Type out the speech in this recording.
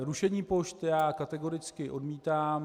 Rušení pošt já kategoricky odmítám.